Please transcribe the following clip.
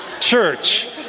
church